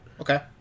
Okay